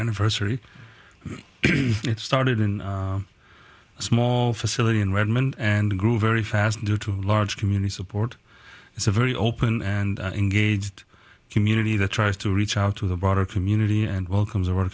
anniversary it started in a small facility in redmond and grew very fast due to a large community support it's a very open and engaged community that tries to reach out to the broader community and welcomes o